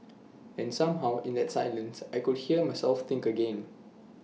and somehow in that silence I could hear myself think again